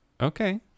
Okay